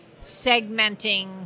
segmenting